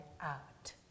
out